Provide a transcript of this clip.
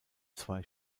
zwei